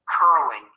curling